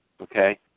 okay